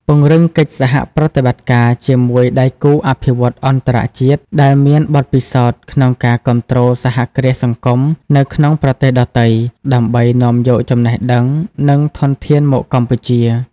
ពង្រឹងកិច្ចសហប្រតិបត្តិការជាមួយដៃគូអភិវឌ្ឍន៍អន្តរជាតិ ដែលមានបទពិសោធន៍ក្នុងការគាំទ្រសហគ្រាសសង្គមនៅក្នុងប្រទេសដទៃ ដើម្បីនាំយកចំណេះដឹង និងធនធានមកកម្ពុជា ។